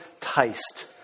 taste